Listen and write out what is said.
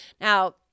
Now